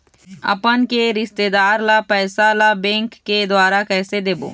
अपन के रिश्तेदार ला पैसा ला बैंक के द्वारा कैसे देबो?